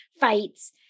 fights